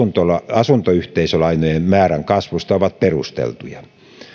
asuntoyhteisölainojen määrän kasvusta ovat perusteltuja